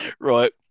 Right